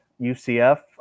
UCF